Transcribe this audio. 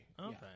Okay